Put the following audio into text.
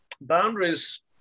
boundaries